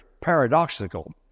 paradoxical